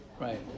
Right